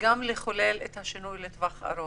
וגם לחולל שינוי לטווח ארוך.